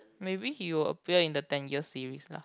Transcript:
maybe he will appear in the ten year series lah